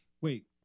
Wait